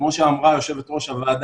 כמו שאמרה יושבת ראש הוועדה,